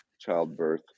childbirth